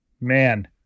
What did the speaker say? man